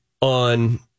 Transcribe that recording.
on